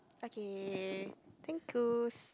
okay thank you